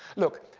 look,